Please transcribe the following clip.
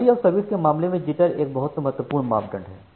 quality of service के मामले में जिटर एक बहुत महत्वपूर्ण मापदंड है